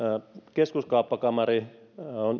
keskuskauppakamari